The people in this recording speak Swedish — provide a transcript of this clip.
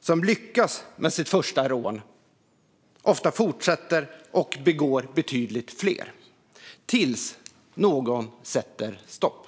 som lyckas med sitt första rån ofta fortsätter och begår betydligt fler tills någon sätter stopp.